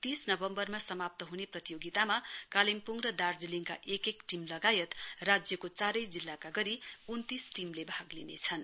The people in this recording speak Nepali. तीस नवम्वरमा समाप्त हुने प्रतियोगितामा कालिम्पोङ र दार्जीलिङका एक एक टीम लगायत राज्यको चार जिल्लाका गरी उन्तीस टीमले भाग लिनेछन्